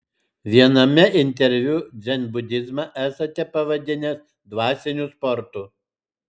viename interviu dzenbudizmą esate pavadinęs dvasiniu sportu